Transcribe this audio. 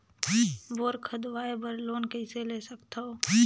Bore खोदवाय बर loan कइसे ले सकथव?